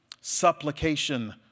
Supplication